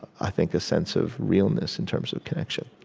i think, a sense of realness in terms of connection